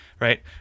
right